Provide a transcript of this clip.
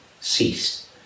ceased